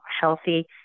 healthy